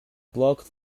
blocked